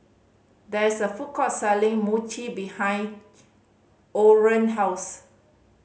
there is a food court selling Mochi behind Orren house